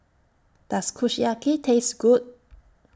Does Kushiyaki Taste Good